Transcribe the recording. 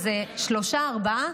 איזה שלושה-ארבעה,